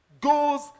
goals